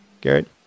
Garrett